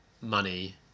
money